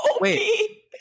wait